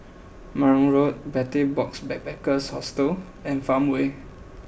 Marang Road Betel Box Backpackers Hostel and Farmway